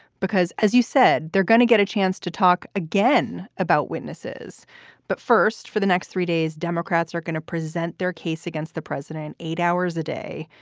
because as you said, they're gonna get a chance to talk again about witnesses but first, for the next three days, democrats are going to present their case against the president. eight hours a day.